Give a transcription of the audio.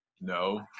no